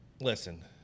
listen